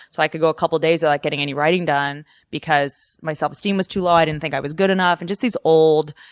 so i could go a couple of days without like getting any writing done because my self esteem was too low i didn't think i was good enough. and just these old,